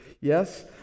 yes